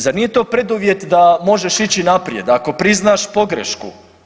Zar nije to preduvjet da možeš ići naprijed ako priznaš pogrešku.